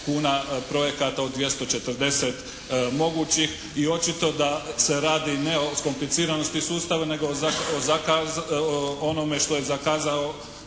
kuna projekata od 240 mogućih i očito da se radi ne o kompliciranosti sustava nego o onome što je zakazano